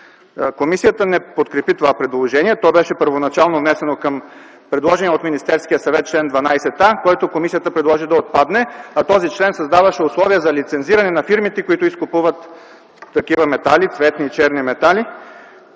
Комисията не подкрепи предложението. То първоначално беше внесено към предложения от Министерския съвет чл. 12а, който комисията предложи да отпадне, а този член създаваше условия за лицензиране на фирмите, които изкупуват такива цветни и черни метали.